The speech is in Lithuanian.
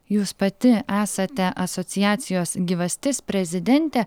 jūs pati esate asociacijos gyvastis prezidentė